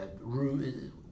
room